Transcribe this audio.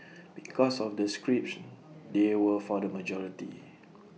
because of the scripts they were for the majority